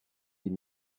les